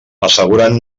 assegurant